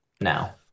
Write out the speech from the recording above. now